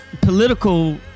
political